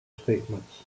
statements